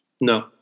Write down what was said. No